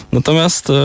Natomiast